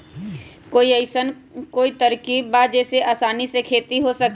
कोई अइसन कोई तरकीब बा जेसे आसानी से खेती हो सके?